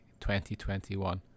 2021